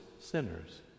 sinners